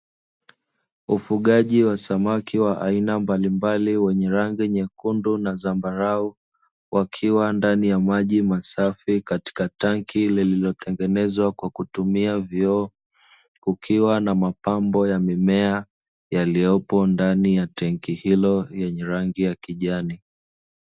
Ufugaji wa samaki aina mbalimbali wenye rangi nyekundu na zambarau, wakiwa ndani ya maji masafi katika tenki lililotengenezwa kwa kutumia vioo. Kukiwa na mapambo ya mimea, yaliyopo ndani ya tenki hilo yenye rangi ya kijani.